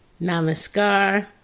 namaskar